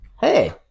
Hey